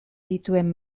dituen